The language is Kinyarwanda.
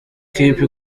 kipe